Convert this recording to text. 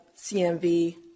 CMV